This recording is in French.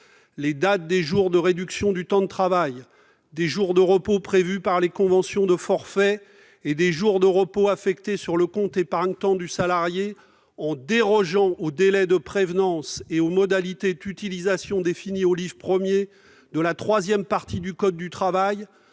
les dates des jours de réduction du temps de travail, des jours de repos prévus par les conventions de forfait et des jours de repos affectés sur le compte épargne temps du salarié, en dérogeant aux délais de prévenance et aux modalités d'utilisation définis au livre I de la troisième partie du code du travail,